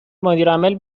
مدیرعامل